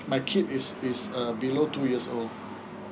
my kid is is uh below two years old